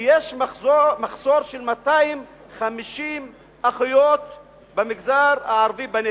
שיש מחסור של 250 אחיות במגזר הערבי בנגב,